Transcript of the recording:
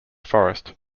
forest